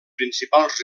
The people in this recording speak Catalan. principals